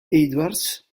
edwards